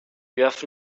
have